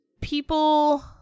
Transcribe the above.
people